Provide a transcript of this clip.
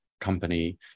company